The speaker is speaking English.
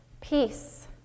peace